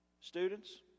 Students